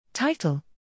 Title